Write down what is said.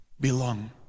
belong